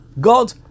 God